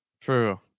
True